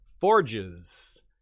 forges